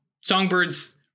Songbird's